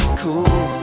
cool